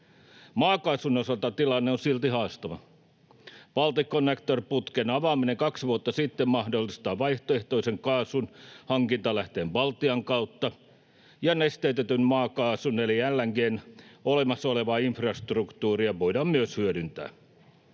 Maakaasun osalta tilanne on silti haastava. Balticconnector-putken avaaminen kaksi vuotta sitten mahdollistaa vaihtoehtoisen kaasunhankintalähteen Baltian kautta, ja myös nesteytetyn maakaasun eli LNG:n olemassa olevaa infrastruktuuria voidaan hyödyntää.